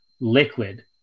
liquid